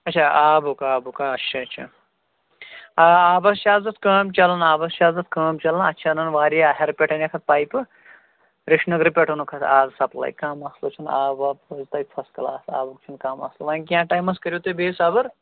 اچھا آبُک آبُک اچھا اچھا آ آبَس چھِ آز اَتھ کٲم چَلان آبَس چھِ آز اَتھ کٲم چَلان اَتھ چھِ اَنان واریاہ ہیٚرِ پٮ۪ٹھ اَنہِ اَسہِ اَتھ پایِپہٕ رٮ۪ش نگرٕ پٮ۪ٹھ اوٚنُکھ اَتھ آز سَپلاے کانٛہہ مَسلہٕ چھُنہٕ آب واب یی تۄہہِ فٔسٹ کَلاس آبُک چھِنہٕ کانٛہہ مَسلہٕ وَنہِ کینٛہہ ٹایِمَس کٔرِو تُہۍ بیٚیہِ صَبٕر